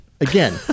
Again